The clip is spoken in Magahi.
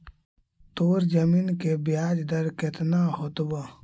तोर जमीन के ब्याज दर केतना होतवऽ?